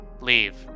leave